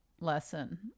lesson